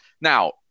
Now